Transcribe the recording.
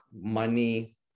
money